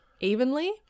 evenly